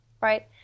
Right